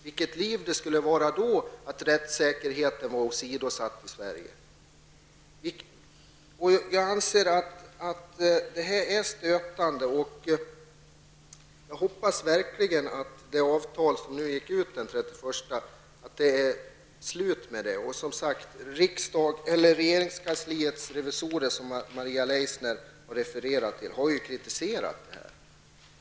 Vilket liv det skulle bli om att rättssäkerheten är åsidosatt i Sverige. Jag anser att detta är stötande. Jag hoppas att det avtal som löpte ut den 31 december inte förlängs. Regeringskansliets revisorer, som Maria Leissner refererade till, har kritiserat det.